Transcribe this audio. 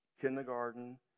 kindergarten